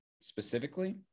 specifically